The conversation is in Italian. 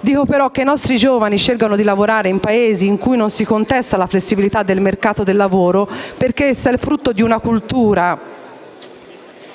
Dico però che i nostri giovani scelgono di lavorare in Paesi in cui non si contesta la flessibilità del mercato del lavoro perché essa è il frutto di una cultura